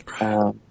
Right